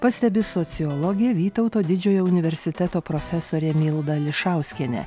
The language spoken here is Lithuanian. pastebi sociologė vytauto didžiojo universiteto profesorė milda ališauskienė